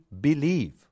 believe